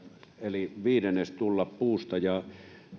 eli viidennes tulla puusta